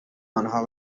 آنها